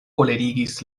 kolerigis